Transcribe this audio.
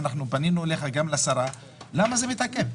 זה מתעכב?